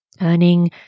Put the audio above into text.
earning